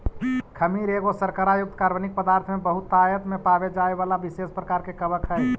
खमीर एगो शर्करा युक्त कार्बनिक पदार्थ में बहुतायत में पाबे जाए बला विशेष प्रकार के कवक हई